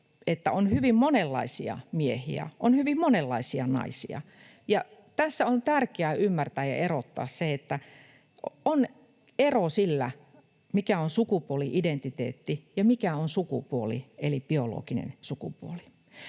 että on hyvin monenlaisia miehiä, on hyvin monenlaisia naisia, ja tässä on tärkeää ymmärtää ja erottaa se, että on ero sillä, mikä on sukupuoli-identiteetti ja mikä on sukupuoli eli biologinen sukupuoli.